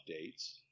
updates